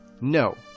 No